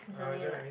is only like